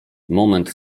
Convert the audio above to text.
moment